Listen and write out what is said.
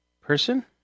person